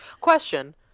Question